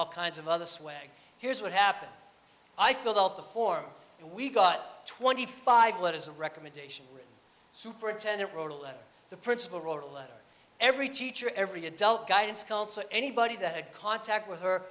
all kinds of other swag here's what happened i filled out the form and we got twenty five letters of recommendation superintendent wrote a letter the principal wrote a letter every teacher every adult guidance counselor anybody that had contact with her